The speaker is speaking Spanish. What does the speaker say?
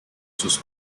sus